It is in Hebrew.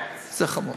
זה חמור.